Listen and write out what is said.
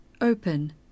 Open